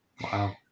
Wow